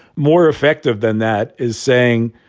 more effective than that is saying.